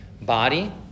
body